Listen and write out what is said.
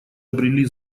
обрели